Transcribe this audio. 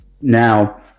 now